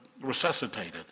resuscitated